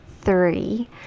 three